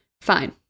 fine